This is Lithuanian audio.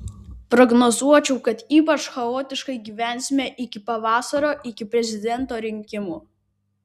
prognozuočiau kad ypač chaotiškai gyvensime iki pavasario iki prezidento rinkimų